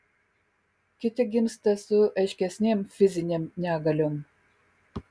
kiti gimsta su aiškesnėm fizinėm negaliom